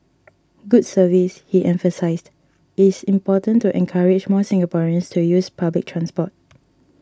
good service he emphasised is important to encourage more Singaporeans to use public transport